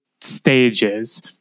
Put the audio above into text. Stages